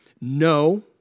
No